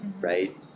right